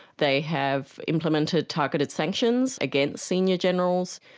they have implemented targeted sanctions against senior generals.